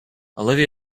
olivia